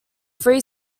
three